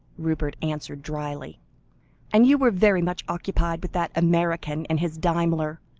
rupert answered drily and you were very much occupied with that american and his daimler,